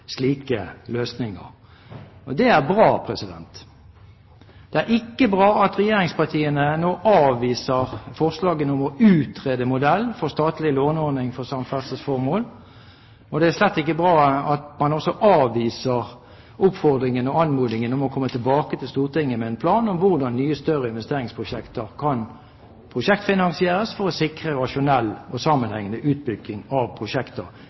slike løsninger. Det er bra. Det er ikke bra at regjeringspartiene nå avviser forslagene om å utrede modell for statlig låneordning for samferdselsformål, og det er slett ikke bra at man også avviser oppfordringene og anmodningen om å komme tilbake til Stortinget med en plan om hvordan nye, større investeringsprosjekter kan prosjektfinansieres for å sikre rasjonell og sammenhengende utbygging av prosjekter.